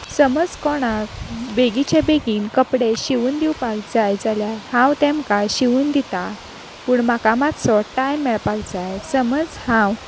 समज कोणाक बेगीचे बेगीन कपडे शिंवून दिवपाक जाय जाल्यार हांव तेमकां शिंवून दिता पूण म्हाका मातसो टायम मेळपाक जाय समज हांव